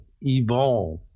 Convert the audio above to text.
evolve